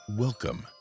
Welcome